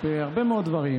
שבהרבה מאוד דברים,